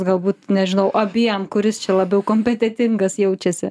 galbūt nežinau abiem kuris čia labiau kompetetingas jaučiasi